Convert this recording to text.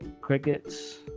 Crickets